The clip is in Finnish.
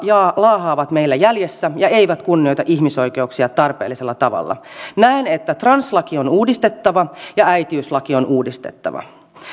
jotka laahaavat meillä jäljessä ja eivät kunnioita ihmisoikeuksia tarpeellisella tavalla näen että translaki on uudistettava ja äitiyslaki on uudistettava